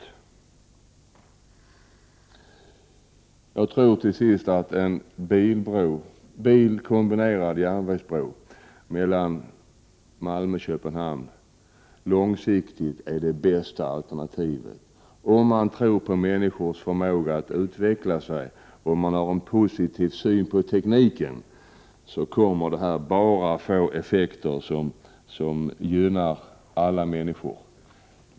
Till sist vill jag säga att jag tror att en biloch järnvägsbro mellan Malmö och Köpenhamn långsiktigt är det bästa alternativet. Det gäller bara att tro på människors förmåga att utveckla sig och att ha en positiv syn på tekniken. Det här kommer nämligen att få enbart gynnsamma effekter för alla människor.